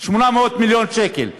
800 מיליון שקל.